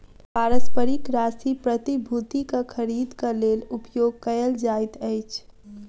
पारस्परिक राशि प्रतिभूतिक खरीदक लेल उपयोग कयल जाइत अछि